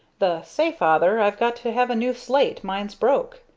the say, father, i've got to have a new slate mine's broke!